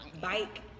bike